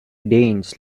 danes